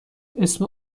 اسم